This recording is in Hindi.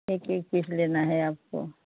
एक एक पीस लेना है आपको